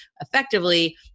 effectively